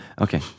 Okay